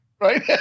right